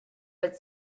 but